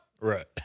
Right